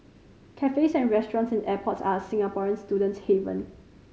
cafes and restaurants in airports are a Singaporean student's haven